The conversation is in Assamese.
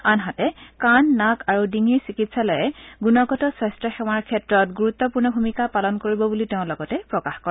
আনহাতে কাণ নাক আৰু ডিঙিৰ চিকিৎসালয়ে গুণগত স্বাস্থ্য সেৱাৰ ক্ষেত্ৰত গুৰুত্পূৰ্ণ ভূমিকা পালন কৰিব বুলি তেওঁ লগতে প্ৰকাশ কৰে